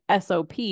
SOP